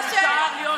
זה עבירה.